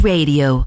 Radio